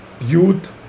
youth